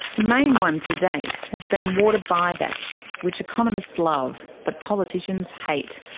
the main one to date has been water buybacks, which economists love, but politicians hate,